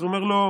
אז הוא אומר לו: